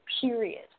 period